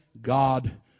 God